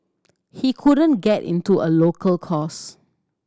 he couldn't get into a local course